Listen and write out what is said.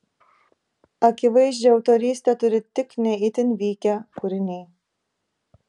akivaizdžią autorystę turi tik ne itin vykę kūriniai